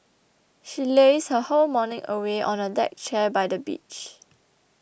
she lazed her whole morning away on a deck chair by the beach